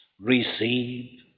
receive